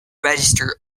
register